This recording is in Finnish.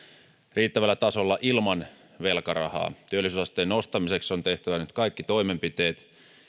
riittävällä tasolla ilman velkarahaa työllisyysasteen nostamiseksi on tehtävä nyt kaikki toimenpiteet